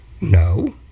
No